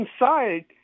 Inside